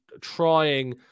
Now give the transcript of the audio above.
trying